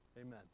Amen